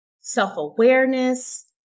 self-awareness